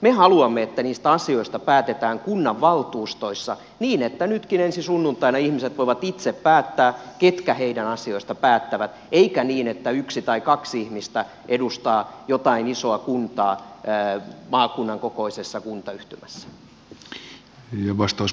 me haluamme että niistä asioista päätetään kunnanvaltuustoissa niin että nytkin ensi sunnuntaina ihmiset voivat itse päättää ketkä heidän asioistaan päättävät eikä niin että yksi tai kaksi ihmistä edustaa jotain isoa kuntaa maakunnan kokoisessa kuntayhtymässä